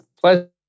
pleasure